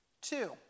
Two